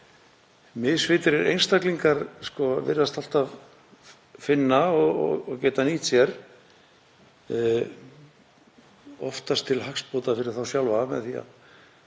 misvitrir einstaklingar virðast alltaf finna og geta nýtt sér, oftast til hagsbóta fyrir þá sjálfa með því að